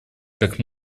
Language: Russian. как